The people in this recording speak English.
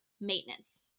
maintenance